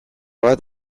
bat